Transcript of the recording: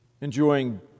enjoying